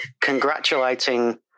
congratulating